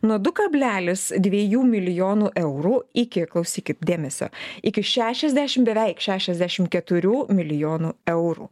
nuo du kablelis dviejų milijonų eurų iki klausykit dėmesio iki šešiasdešim beveik šešiasdešim keturių milijonų eurų